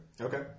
Okay